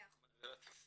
אני אחות.